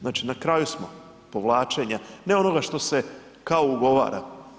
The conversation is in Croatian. Znači na kraju smo povlačenja, ne onoga što se kao ugovara.